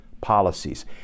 policies